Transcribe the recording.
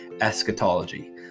eschatology